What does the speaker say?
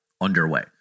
underway